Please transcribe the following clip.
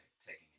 taking